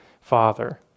father